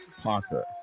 Parker